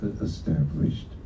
established